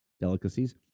delicacies